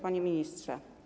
Panie Ministrze!